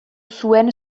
zuen